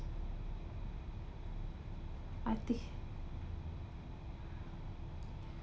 I thi~